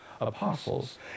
apostles